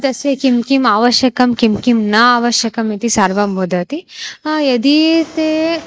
तस्य किं किम् आवश्यकं किं किं न आवश्यकम् इति सर्वं वदति ह यदि ते